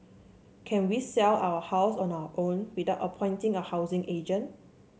can we sell our house on our own without appointing a housing agent